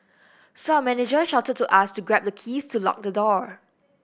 so our manager shouted to us to grab the keys to lock the door